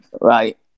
Right